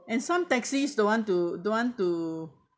and some taxis don't want to don't want to